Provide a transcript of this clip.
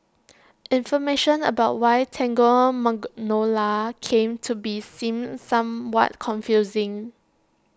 information about why Tango Magnolia came to be seems somewhat confusing